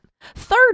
third